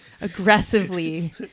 aggressively